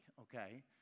okay